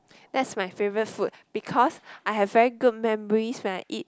that's my favorite food because I have very good memories when I eat